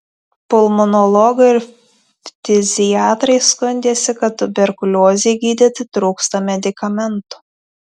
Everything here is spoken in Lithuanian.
pulmonologai ir ftiziatrai skundėsi kad tuberkuliozei gydyti trūksta medikamentų